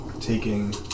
taking